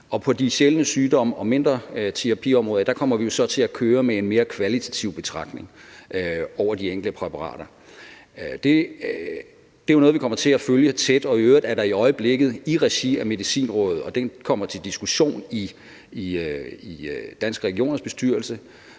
med de sjældne sygdomme og mindre terapiområder kommer vi til at køre med en mere kvalitativ betragtning over de enkelte præparater. Det er jo noget, vi kommer til at følge tæt, og i øvrigt bliver der i øjeblikket i regi af Medicinrådet udarbejdet en decideret metodehåndbog – den kommer til diskussion i Danske Regioners bestyrelse,